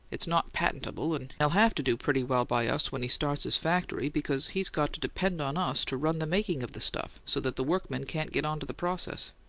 it's not patentable, and he'll have to do pretty well by us when he starts his factory, because he's got to depend on us to run the making of the stuff so that the workmen can't get onto the process.